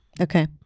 okay